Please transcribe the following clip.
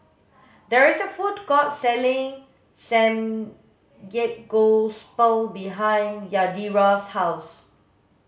there is a food court selling Samgeyopsal behind Yadira's house